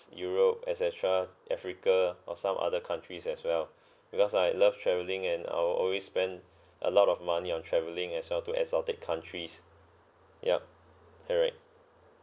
europe et cetera africa or some other countries as well because I love travelling and I will always spend a lot of money on travelling as well to exotic countries yup you're right